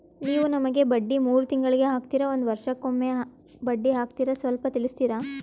ನೀವು ನಮಗೆ ಬಡ್ಡಿ ಮೂರು ತಿಂಗಳಿಗೆ ಹಾಕ್ತಿರಾ, ಒಂದ್ ವರ್ಷಕ್ಕೆ ಒಮ್ಮೆ ಬಡ್ಡಿ ಹಾಕ್ತಿರಾ ಸ್ವಲ್ಪ ತಿಳಿಸ್ತೀರ?